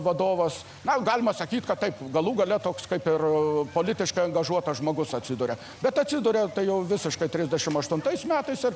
vadovas na galima sakyt kad taip galų gale toks kaip ir politiškai angažuotas žmogus atsiduria bet atsiduria jau visiška trisdešimt aštuntais metais ir